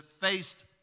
faced